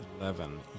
Eleven